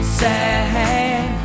sad